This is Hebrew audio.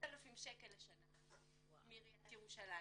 10,000 שקל לשנה מעיריית ירושלים